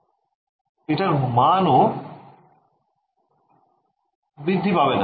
এটার মানও বৃদ্ধি পাবে না